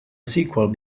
sequel